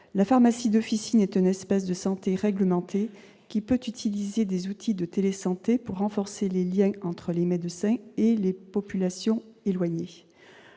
la pharmacie de officine est une espèce de santé réglementé qui peut utiliser des outils de télésanté pour renforcer les Liens entre les médecins et les populations éloignées